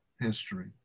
history